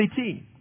18